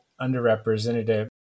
underrepresented